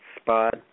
spot